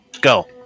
Go